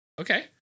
okay